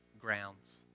grounds